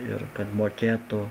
ir kad mokėtų